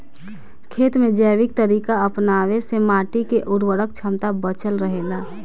खेत में जैविक तरीका अपनावे से माटी के उर्वरक क्षमता बचल रहे ला